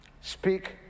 Speak